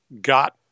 got